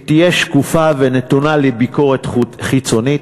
היא תהיה שקופה ונתונה לביקורת חיצונית,